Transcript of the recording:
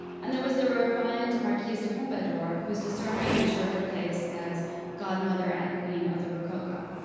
and there was the refined marquise de pompadour, whose discernment ensured her place as godmother and queen of the rococo.